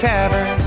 Tavern